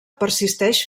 persisteix